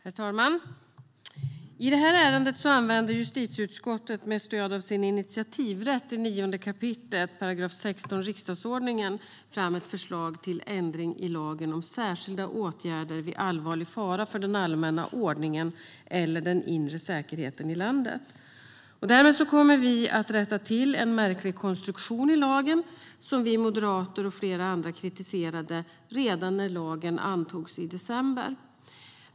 Herr talman! I det här ärendet lyfter justitieutskottet, med stöd av sin initiativrätt i 9 kap. 16 § riksdagsordningen, fram ett förslag till ändring i lagen om särskilda åtgärder vid allvarlig fara för den allmänna ordningen eller den inre säkerheten i landet. Därmed kommer vi att rätta till en märklig konstruktion i lagen som vi moderater och flera andra kritiserade redan när lagen antogs i december.